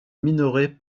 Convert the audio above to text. minorés